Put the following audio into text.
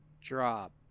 drop